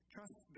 Trust